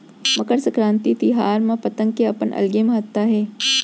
मकर संकरांति तिहार म पतंग के अपन अलगे महत्ता हे